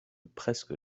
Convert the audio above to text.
presque